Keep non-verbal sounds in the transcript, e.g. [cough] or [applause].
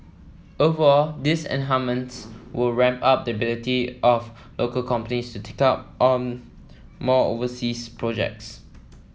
overall these [unintelligible] will ramp up the ability of local companies to take on more overseas projects